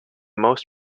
most